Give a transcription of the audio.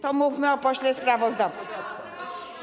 to mówmy o pośle sprawozdawcy.